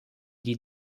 die